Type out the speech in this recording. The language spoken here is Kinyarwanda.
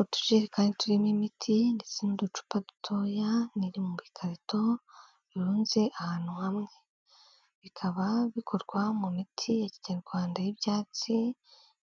Utujerekani turimo imiti ndetse n'uducupa dutoya n'iri mubikarito birunze ahantu hamwe, bikaba bikorwa mumiti ya kinyarwanda y'ibyatsi